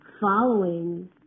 following